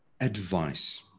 advice